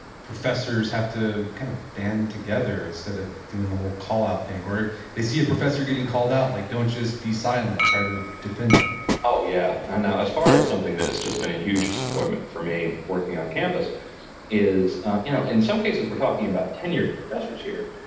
professors have to kind of band together instead of doing the whole call-out thing, or if they see a professor getting called out, like don't just be silent, try to defend them oh, yeah. and as far as something that has just been a huge disappointment for me working on campus is you know in some cases we're talking about tenured professors here,